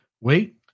Wait